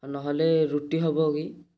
ନହେଲେ ରୁଟି ହେବ କି